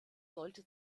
sollte